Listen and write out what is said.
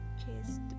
chase